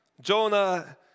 Jonah